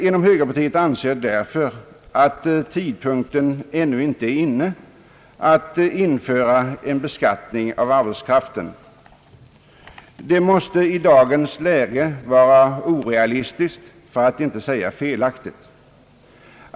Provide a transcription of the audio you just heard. Inom högerpartiet anser vi därför att tidpunkten ännu inte är inne att införa en beskattning av arbetskraften. Det måste i dagens läge vara orealistiskt, för att inte säga felaktigt.